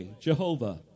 Jehovah